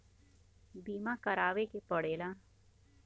बीमा करावे के पड़ेला